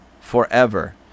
forever